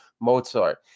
Mozart